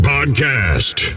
Podcast